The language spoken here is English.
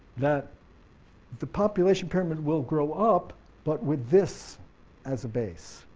that the population pyramid will grow up but with this as a base,